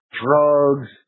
drugs